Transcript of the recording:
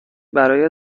برای